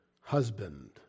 husband